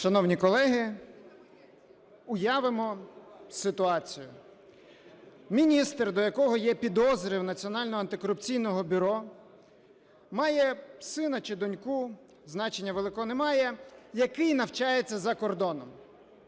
Шановні колеги, уявимо ситуацію, міністр, до якого є підозри у Національного антикорупційного бюро, має сину чи доньку, значення великого не має, який навчається за кордоном.